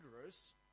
dangerous